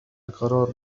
القرار